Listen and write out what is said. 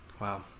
Wow